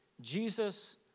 Jesus